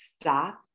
stop